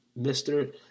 Mr